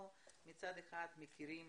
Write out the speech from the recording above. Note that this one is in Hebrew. מצד אחד אנחנו מכירים